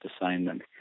assignment